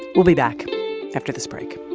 we'll be back after this break